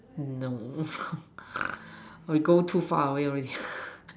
no we go too far away already